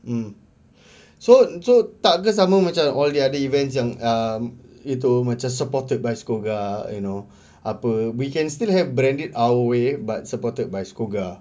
mm so so tak ke sama macam all the other events yang um itu macam supported by SCOGA you know apa we can still have branded our way but supported by SCOGA